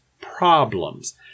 problems